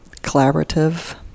collaborative